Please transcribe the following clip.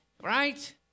right